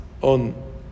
on